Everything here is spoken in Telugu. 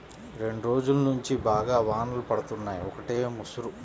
రెండ్రోజుల్నుంచి బాగా వానలు పడుతున్నయ్, ఒకటే ముసురు